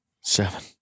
Seven